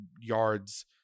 yards